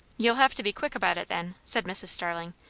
you'll have to be quick about it, then, said mrs starling,